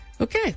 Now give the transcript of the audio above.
Okay